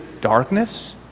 Darkness